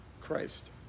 Christ